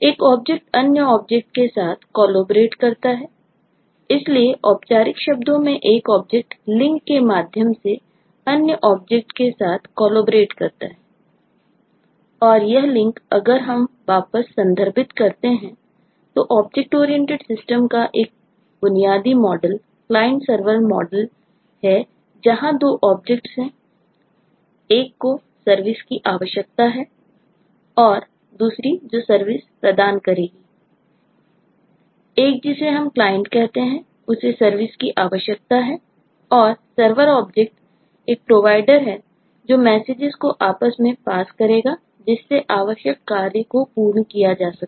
एक ऑब्जेक्ट अन्य ऑब्जेक्ट्स करेगा जिससे आवश्यक कार्य को पूर्ण किया जा सके